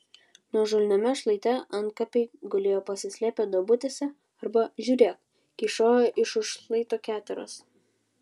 nuožulniame šlaite antkapiai gulėjo pasislėpę duobutėse arba žiūrėk kyšojo iš už šlaito keteros